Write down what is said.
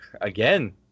again